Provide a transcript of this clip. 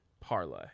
parlay